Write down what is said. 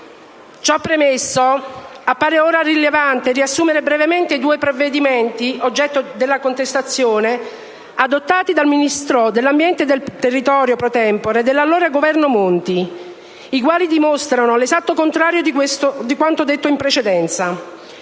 Ciò premesso, appare ora rilevante riassumere brevemente i due provvedimenti oggetto di contestazione, adottati dal Ministro dell'ambiente e della tutela del territorio e del mare *pro tempore* dell'allora Governo Monti, i quali dimostrano l' esatto contrario di quanto detto in precedenza.